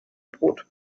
brot